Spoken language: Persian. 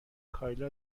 کایلا